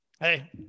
Hey